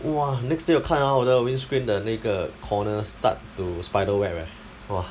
!wah! next day 我看 ah 我的 windscreen 的那个 corner start to spider web leh !wah!